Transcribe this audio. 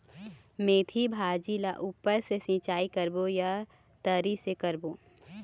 मेंथी भाजी ला ऊपर से सिचाई करबो या तरी से करबो?